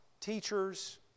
teachers